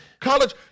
College